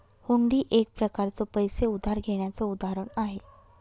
हुंडी एक प्रकारच पैसे उधार घेण्याचं उदाहरण आहे